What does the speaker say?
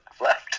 left